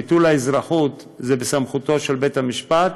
ביטול האזרחות הוא בסמכותו של בית-המשפט,